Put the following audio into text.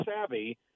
savvy